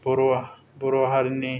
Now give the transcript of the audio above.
बर' बर' हारिनि